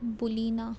बुलीना